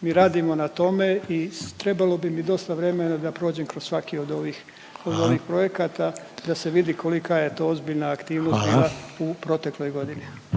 Mi radimo na tome i trebalo bi mi dosta vremena da prođem kroz svaki od ovih…/Upadica Reiner: Hvala./… od ovih projekata da se vidi kolika je to ozbiljna aktivnost …/Upadica